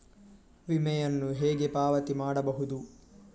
ವಿಮೆಯನ್ನು ಹೇಗೆ ಪಾವತಿ ಮಾಡಬಹುದು?